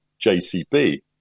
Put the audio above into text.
JCB